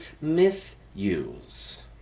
misuse